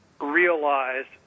realized